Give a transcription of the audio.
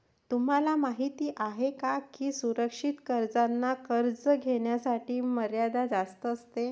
तुम्हाला माहिती आहे का की सुरक्षित कर्जांना कर्ज घेण्याची मर्यादा जास्त असते